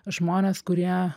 žmonės kurie